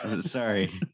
Sorry